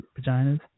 vaginas